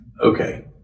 Okay